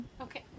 Okay